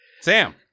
Sam